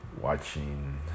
watching